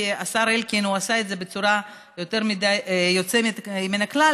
כי השר אלקין עשה את זה בצורה יוצאת מן הכלל,